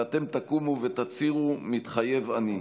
ואתם תקומו ותצהירו: "מתחייב אני".